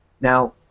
Now